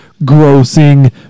grossing